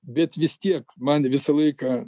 bet vis tiek man visą laiką